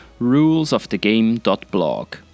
rulesofthegame.blog